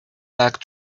back